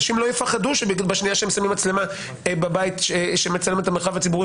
אנשים לא יפחדו שבשנייה שהם שמים מצלמה בבית שמצלמת את המרחב הציבורי,